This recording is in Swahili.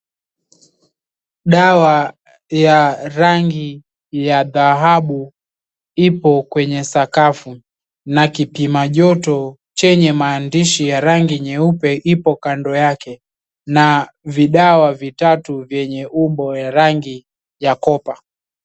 Dawa ya rangi ya dhahabu ipo kwenye sakafu na kipima joto yenye maandishi ya rangi nyeupe ipo kando yake na vidawa vitatu vyenye umbo ya rangi ya kopa.